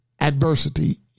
Adversity